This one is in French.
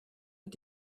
est